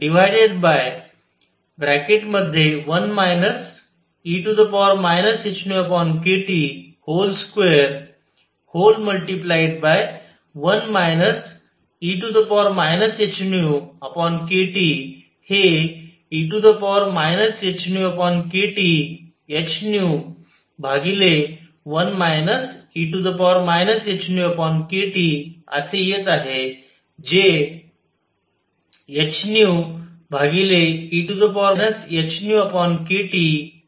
म्हणूनEe hνkThν 1 e hνkT21 e hνkT हे e hνkThν 1 e hνkT असे येत आहे जे hν ehνkT 1च्या बरोबर आहे